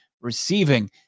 receiving